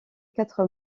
quatre